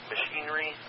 machinery